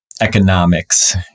economics